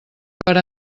per